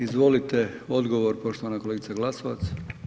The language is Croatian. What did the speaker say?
Izvolite odgovor, poštovana kolegice Glasovac.